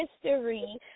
history